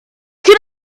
can